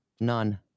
none